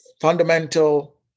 fundamental